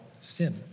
sin